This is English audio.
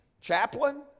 chaplain